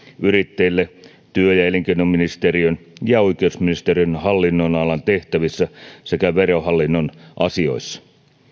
yrittäjille työ ja elinkeinoministeriön ja oikeusministeriön hallinnonalan tehtävissä sekä verohallinnon asioissa